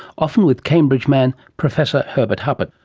often with cambridge man professor herbert huppert.